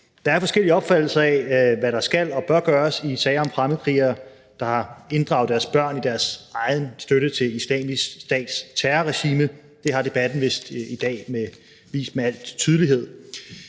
Der er forskellige opfattelser af, hvad der skal og bør gøres i sager om fremmedkrigere, der har inddraget deres børn i deres egen støtte til Islamisk Stats terroregime. Det har debatten i dag vist med al tydelighed.